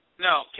No